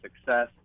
success